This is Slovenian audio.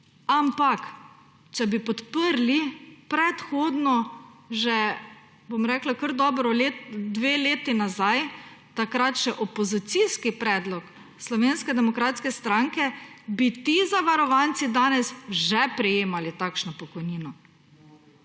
Ampak če bi že predhodno podprli, kaki dobri dve leti nazaj, takrat še opozicijski predlog Slovenske demokratske stranke, bi ti zavarovanci danes že prejemali takšno pokojnino.